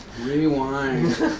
Rewind